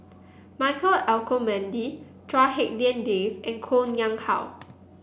Michael Olcomendy Chua Hak Lien Dave and Koh Nguang How